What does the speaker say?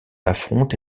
affronte